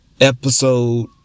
episode